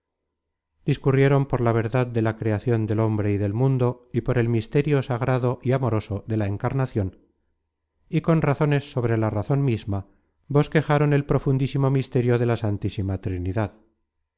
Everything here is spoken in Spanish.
discurrieron por la verdad de la creacion del hombre y del mundo y por el misterio sagrado y amoroso de la encarnacion y con razones sobre la razon misma bosquejaron el profundísimo misterio de la santísima trinidad